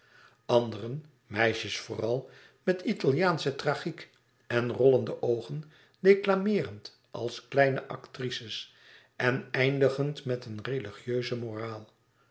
andere meisjes vooral met italiaansche tragiek en rollende oogen deklameerend als kleine actrices en eindigend met een religieuze moraal